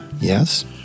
Yes